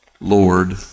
Lord